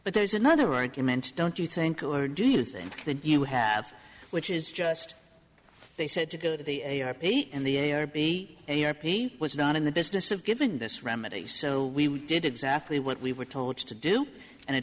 but there's another argument don't you think or do you think that you have which is just they said to go to the a a r p and the a or b a r p was not in the business of giving this remedy so we did exactly what we were told to do and it